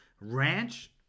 ranch